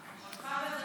נתקבלה.